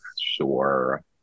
sure